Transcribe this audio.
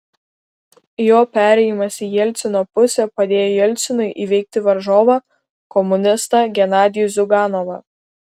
jo perėjimas į jelcino pusę padėjo jelcinui įveikti varžovą komunistą genadijų ziuganovą